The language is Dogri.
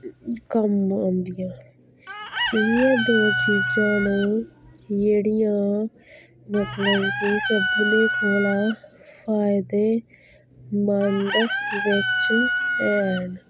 कम्म औंदियां इ'यै दो चीजां न जेह्ड़ियां मतलब कि सभनें कोला फायदेमंद बिच्च हैन